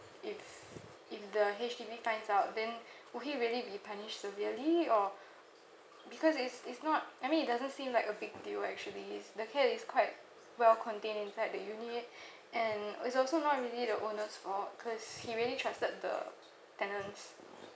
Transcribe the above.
if if the H_D_B finds out then would he really be punished severely or because it's it's not I mean it doesn't seem like a big deal actually is the cat is quite well contained inside the unit and it's also not really the owner's fault cause he really trusted the tenants